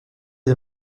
est